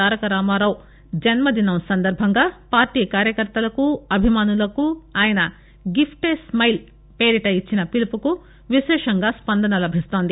తారక రామారావు జన్మదినం సందర్బంగా పార్టీ కార్యకర్తలకు అభిమానులకు ఆయన గిఫ్ట్ ఏ స్మైల్ పేరిట ఇచ్చిన పిలుపుకు విశేషంగా స్పందన లభిస్తోంది